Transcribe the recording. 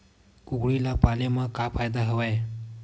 कुकरी ल पाले म का फ़ायदा हवय?